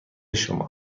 شما